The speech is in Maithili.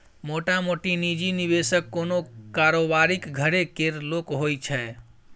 मोटामोटी निजी निबेशक कोनो कारोबारीक घरे केर लोक होइ छै